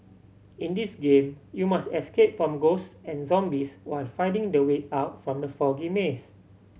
in this game you must escape from ghosts and zombies while finding the way out from the foggy maze